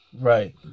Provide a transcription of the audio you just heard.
Right